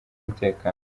umutekano